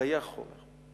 חיי החומר.